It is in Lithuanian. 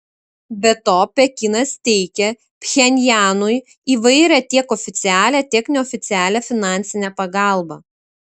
be to pekinas teikia pchenjanui įvairią tiek oficialią tiek neoficialią finansinę pagalbą